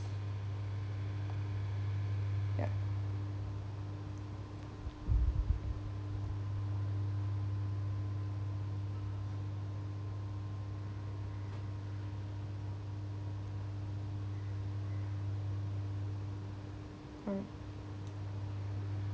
yeah